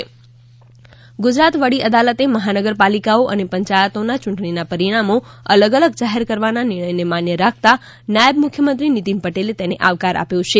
નીતિન પટેલ ગુજરાત વડી અદાલતે મહાનગરપાલિકાઓ અને પંચાયતોના ચૂંટણીના પરિણામો અલગ અલગ જાહેર કરવાના નિર્ણયને માન્ય રાખતા નાયબ મુખ્યમંત્રી નીતિન પટેલે તેને આવકાર આપ્યો છે